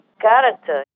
character